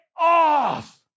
off